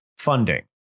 funding